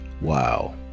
wow